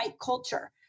culture